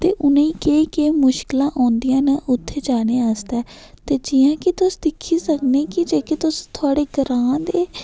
ते उनेंगी केह् केह् मुश्किलां औंदियां न उत्थें जाने आस्तै ते जियां कि तुस दिख्खी सकने कि जेह्के तुस थोआढ़े ग्रांऽ दे